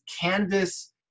canvas